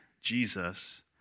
Jesus